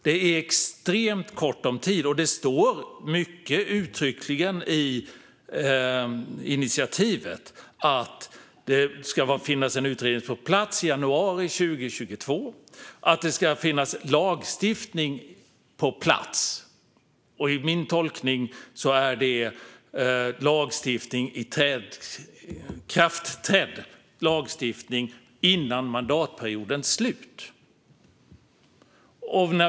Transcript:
Det är extremt kort om tid, och det står uttryckligen i initiativet att det ska finnas en utredning på plats i januari 2022 och att det ska finnas lagstiftning på plats. Enligt min tolkning betyder det ikraftträdd lagstiftning innan mandatperioden är slut.